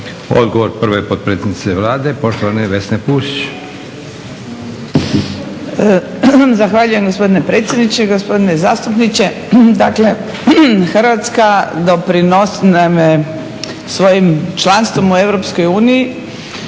Odgovor prve potpredsjednice Vlade poštovane Vesne Pusić. **Pusić, Vesna (HNS)** Zahvaljujem gospodine predsjedniče. Gospodine zastupniče dakle Hrvatska doprinosi, naime svojim članstvom u EU